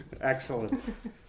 Excellent